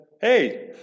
hey